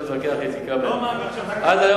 בגלל החשיבות, לא אתה כתבת, לא מאמין שאתה כתבת.